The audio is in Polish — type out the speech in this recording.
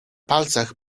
palcach